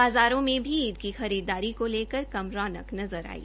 बाजारों में भी ईद की खरीददारी को लेकर कम रौनक नजर आई